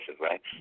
right